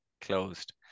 closed